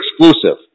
exclusive